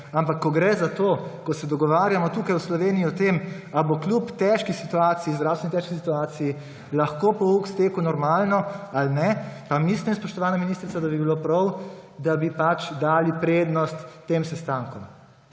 ampak ko gre za to, ko se dogovarjamo tukaj v Sloveniji o tem, ali bo kljub zdravstveno težki situaciji lahko pouk stekel normalno ali ne, pa mislim, spoštovana ministrica, da bi bilo prav, da bi dali prednost tem sestankom.